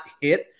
hit